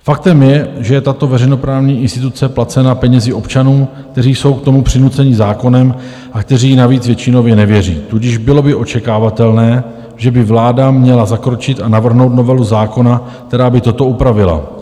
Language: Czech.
Faktem je, že je tato veřejnoprávní instituce placena penězi občanů, kteří jsou k tomu přinuceni zákonem a kteří jí navíc většinově nevěří, tudíž bylo by očekávatelné, že by vláda měla zakročit a navrhnout novelu zákona, která by toto upravila.